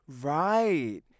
right